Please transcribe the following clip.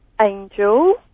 Angel